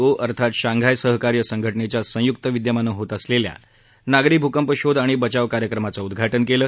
ओ अर्थात शांघाय सहकार्य संघटनेच्या संय्क्त विद्यमाने होत असलेल्या नागरी भूकंप शोध आणि बचाव कार्यक्रमाचं उद्घाटन केलं